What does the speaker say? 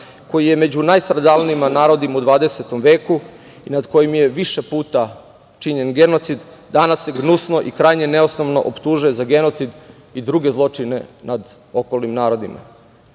koji je među najstradalnijim narodima u 20 veku i nad kojim je više puta činjen genocid, danas se gnusno i krajnje neosnovano optužuje za genocid i druge zločine nad okolnim narodima.